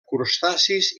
crustacis